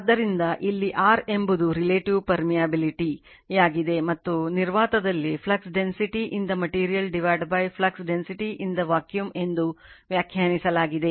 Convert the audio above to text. ಆದ್ದರಿಂದ ಇಲ್ಲಿ r ಎಂಬುದು relative permeability ಯಾಗಿದೆ ಮತ್ತು ನಿರ್ವಾತದಲ್ಲಿ flux density in the material divided flux density in a vacuum ಎಂದು ವ್ಯಾಖ್ಯಾನಿಸಲಾಗಿದೆ